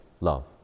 love